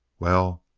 well,